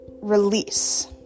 release